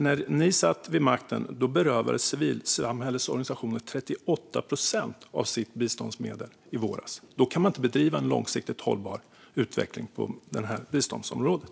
När ni satt vid makten i våras berövades civilsamhällets organisationer 38 procent av sitt biståndsmedel. Då kan man inte bedriva en långsiktigt hållbar utveckling på biståndsområdet.